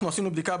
אנחנו עשינו בדיקה,